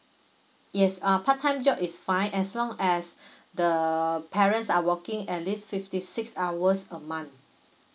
yes ah part time job is fine as long as the parents are working at least fifty six hours a month